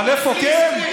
אבל איפה כן?